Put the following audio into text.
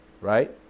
right